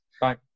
Bye